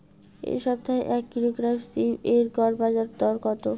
এই সপ্তাহে এক কিলোগ্রাম সীম এর গড় বাজার দর কত?